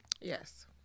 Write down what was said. Yes